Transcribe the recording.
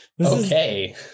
Okay